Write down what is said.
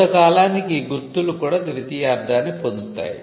కొంత కాలానికి ఈ గుర్తులు కూడా ద్వితీయ అర్థాన్ని పొందుతాయి